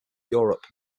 europe